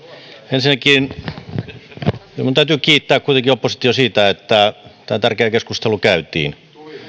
ensinnäkin kyllä minun täytyy kuitenkin kiittää oppositiota siitä että tämä tärkeä keskustelu käytiin